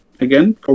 Again